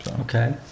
Okay